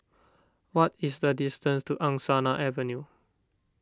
what is the distance to Angsana Avenue